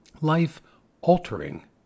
Life-altering